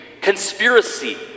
conspiracy